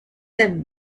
had